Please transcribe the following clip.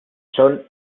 son